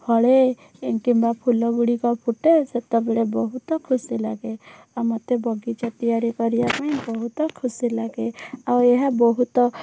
ଫଳେ କିମ୍ବା ଫୁଲଗୁଡ଼ିକ ଫୁଟେ ସେତେବେଳେ ବହୁତ ଖୁସି ଲାଗେ ଆଉ ମୋତେ ବଗିଚା ତିଆରି କରିବା ପାଇଁ ବହୁତ ଖୁସି ଲାଗେ ଆଉ ଏହା ବହୁତ